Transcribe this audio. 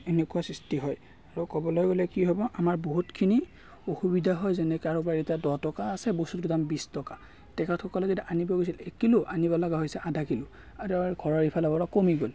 এনেকুৱা সৃষ্টি হয় আৰু ক'বলৈ গ'লে কি হ'ব আমাৰ বহুতখিনি অসুবিধা হয় যেনে কাৰোবাৰ এতিয়া দহ টকা আছে বস্তুটো দাম বিশ টকা তেখেতসকলে যদি আনিব গৈছিল এক কিলো আনিব লগা হৈছে আধা কিলো আৰু ঘৰৰ ইফালৰ পৰা কমি গ'ল